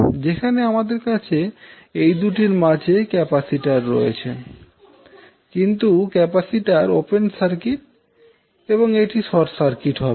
যেখানে আমাদের কাছে এই দুটির মাঝে ক্যাপাসিটর রয়েছে কিন্তু ক্যাপাসিটর ওপেন সার্কিট এবং এটি শর্ট সার্কিট হবে